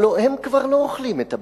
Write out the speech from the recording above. הלוא הם כבר לא אוכלים את הביצים,